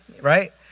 right